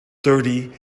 thirty